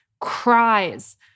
cries